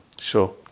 sure